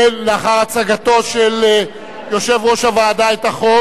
לאחר הצגתו של יושב-ראש הוועדה את החוק,